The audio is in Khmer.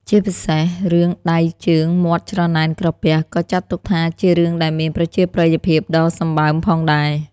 ជាពិសេសរឿងដៃ ជើង មាត់ច្រណែនក្រពះ ក៏ចាត់ទុកថាជារឿងដែលមានប្រជាប្រិយភាពដ៏សម្បើមផងដែរ។